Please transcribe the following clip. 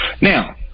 Now